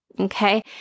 Okay